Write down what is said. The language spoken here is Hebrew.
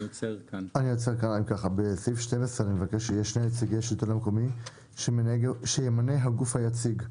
אני מבקש שבסעיף (12) יהיו שני נציגי השלטון המקומי שימנה הגוף היציג,